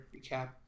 recap